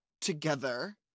together